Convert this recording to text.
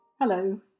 Hello